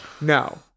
No